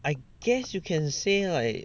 I guess you can say like